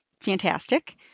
fantastic